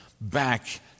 back